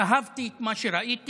אהבתי את מה שראיתי,